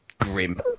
grim